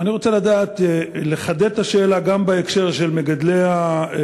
אני רוצה לחדד את השאלה גם בהקשר של מגדלי הביצים: